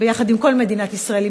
יחד עם כל מדינת ישראל,